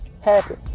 happy